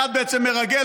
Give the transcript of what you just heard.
אחד בעצם מרגל,